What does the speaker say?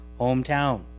hometown